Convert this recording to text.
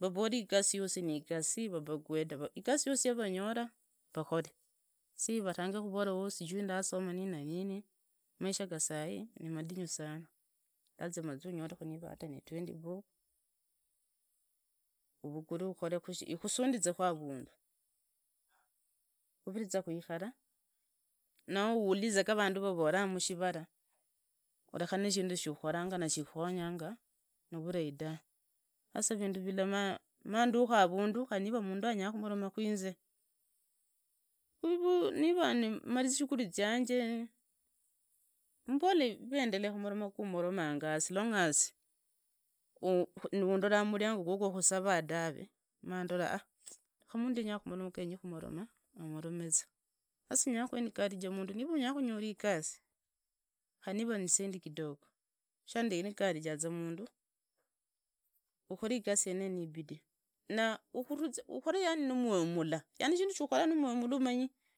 vavoree igasi yosi niigasi. Igasi yosi vunyola vakore sivavare ooh syui ndasoma nini na nini, maisha ga sai nimutingu sana lazima ungolekha ata kama niva ni 20bob. Uvugure uguree ikusundizekha avandu khaririza khuikhala noo uhulize ga vandu vavoraa mushitala uvekhane na shindu shikhukhenyanga nuvulai ta sasa vindu villa maanduka avandu khari mundu nanyalakhumuloma nwinzi, khu niva mavi zishughuli zianje mbele iwee ndeloa khumoloma gumoromanye as longas nundola khumuriango gwefwo khusavaa tawe, maandola ahah munduyu neenya khumoloma ye amolameza. Sasa nyala khuencourage mundu niva unyala khunyoka igasi, khari niva niszisendi kidogo nyala khumuencourage akhole igasi yeneyo niibidii, ukhole na muoyo mulla, yani shindu shukhola na moyo mulla.